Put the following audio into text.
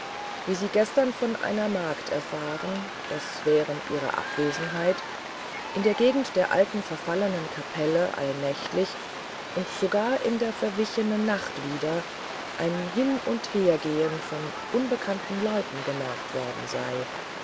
wie sie gestern von einer magd erfahren daß während ihrer abwesenheit in der gegend der alten verfallenen kapelle allnächtlich und sogar in der verwichenen nacht wieder ein hin und hergehen von unbekannten leuten bemerkt worden sei